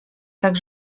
tak